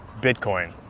Bitcoin